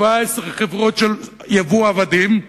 17 חברות של ייבוא עבדים,